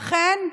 ואכן,